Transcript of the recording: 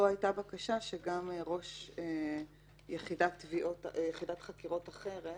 פה הייתה בקשה שגם ראש יחידת חקירות אחרת